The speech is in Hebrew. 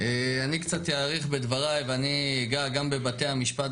אני קצת אאריך בדבריי ואני אגע גם בבתי המשפט,